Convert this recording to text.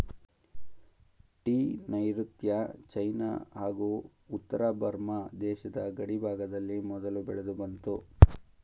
tea ನೈರುತ್ಯ China ಹಾಗೂ ಉತ್ತರ ಬರ್ಮ ದೇಶದ ಗಡಿಭಾಗದಲ್ಲಿ ಮೊದಲು ಬೆಳೆದುಬಂತು